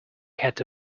had